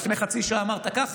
לפני חצי שעה אמרת ככה,